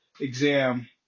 exam